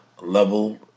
level